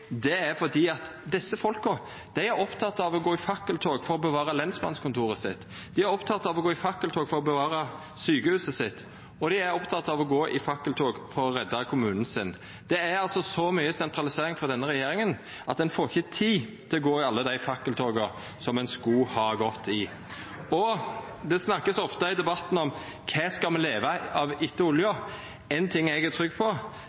Det er fordi desse folka er opptekne av å gå i fakkeltog for å bevara lensmannskontoret sitt, for å bevara sjukehuset sitt og for å redda kommunen sin. Det er så mykje sentralisering frå denne regjeringa at ein har ikkje tid til å gå i alle dei fakkeltoga som ein skulle ha gått i. Det blir i debatten ofte snakka om kva vi skal leva av etter olja. Éin ting er eg trygg på: